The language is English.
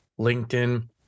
LinkedIn